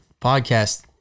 podcast